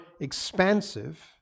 expansive